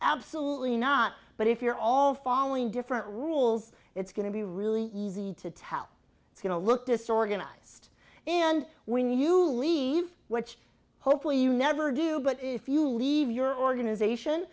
absolutely not but if you're all following different rules it's going to be really easy to tell it's going to look disorganized and when you leave which hopefully you never do but if you leave your organization